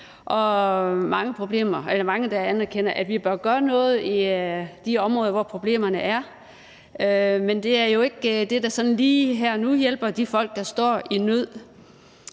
der anerkender, at vi bør gøre noget i de områder, hvor problemerne er. Men det er jo ikke det, der sådan lige her og nu hjælper de folk, der er i nød.